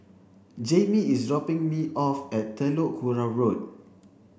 Jaimie is dropping me off at Telok Kurau Road